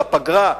שישבו בפגרה?